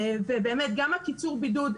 גם קיצור הבידוד,